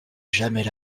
jamais